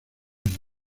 años